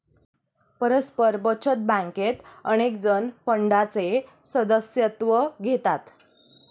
परस्पर बचत बँकेत अनेकजण फंडाचे सदस्यत्व घेतात